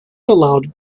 allowed